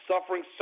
suffering